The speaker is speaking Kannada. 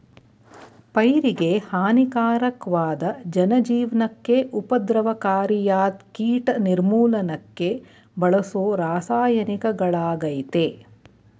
ಪೈರಿಗೆಹಾನಿಕಾರಕ್ವಾದ ಜನಜೀವ್ನಕ್ಕೆ ಉಪದ್ರವಕಾರಿಯಾದ್ಕೀಟ ನಿರ್ಮೂಲನಕ್ಕೆ ಬಳಸೋರಾಸಾಯನಿಕಗಳಾಗಯ್ತೆ